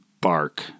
bark